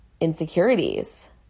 insecurities